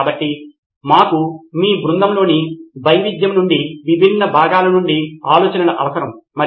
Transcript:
కాబట్టి మీరు మాత్రమే సమాచారము కావాలని కోరుకుంటారు మరియు విద్యార్థులు కూడా క్రమబద్ధీకరించాలని మీరు కోరుకుంటారు ఎడిటర్గా ఉండనివ్వండి మీ అసలు ఆలోచన అదే కదా